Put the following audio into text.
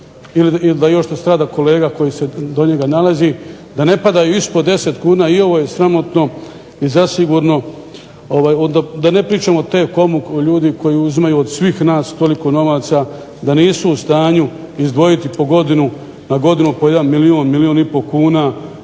ili da mu još strada kolega koji se do njega nalazi, da ne pada ispod 10 kuna. I ovo je sramotno i zasigurno da ne pričamo T-com koji uzima od svih nas toliko novaca da nisu u stanju na godinu izdvojiti po jedan milijun, milijun i pol kuna